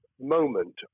moment